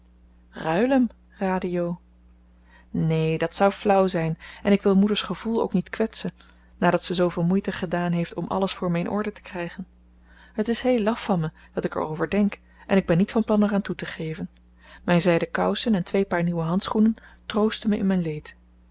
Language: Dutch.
raadde jo neen dat zou flauw zijn en ik wil moeders gevoel ook niet kwetsen nadat ze zooveel moeite gedaan heeft om alles voor me in orde te krijgen het is heel laf van me dat ik er over denk en ik ben niet van plan er aan toe te geven mijn zijden kousen en twee paar nieuwe handschoenen troosten me in mijn leed